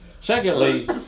Secondly